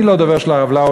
אני לא דובר של הרב לאו,